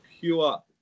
pure